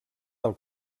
del